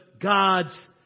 God's